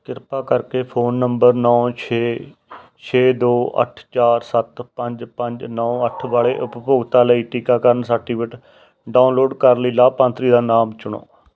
ਕਿਰਪਾ ਕਰਕੇ phone number ਨੌ ਛੇ ਛੇ ਦੋ ਅੱਠ ਚਾਰ ਸੱਤ ਪੰਜ ਪੰਜ ਨੌ ਅੱਠ ਵਾਲੇ ਉਪਭੋਗਤਾ ਲਈ ਟੀਕਾਕਰਨ ਸਰਟੀਫਿਕੇਟ ਡਾਊਨਲੋਡ ਕਰਨ ਲਈ ਲਾਭਪਾਤਰੀ ਦਾ ਨਾਮ ਚੁਣੋ